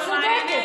שערי צדק,